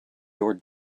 your